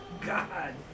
God